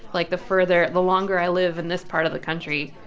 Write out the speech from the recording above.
like, the further the longer i live in this part of the country,